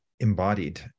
embodied